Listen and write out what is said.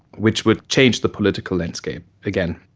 which would change the political landscape again.